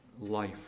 life